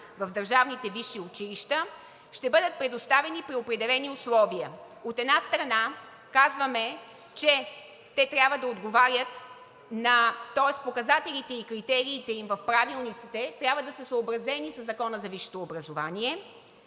в държавните висши училища, ще бъдат предоставени при определени условия. От една страна, казваме, че те трябва да отговарят, тоест показателите и критериите им в правилниците трябва да са съобразени със Закона за висшето образование.